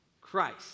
Christ